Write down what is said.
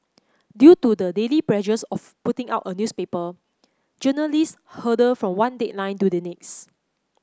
due to the daily pressures of putting out a newspaper journalists hurtle from one deadline to the next